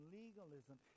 legalism